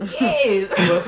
yes